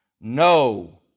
no